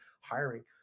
hiring